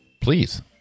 Please